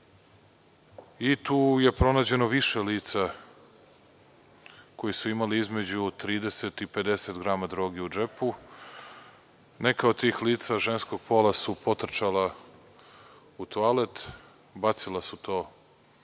i tu je pronađeno više lica koji su imali između 30 i 50 grama droge u džepu. Neka od tih lica ženskog pola su potrčala u toalet, bacila su to, povukli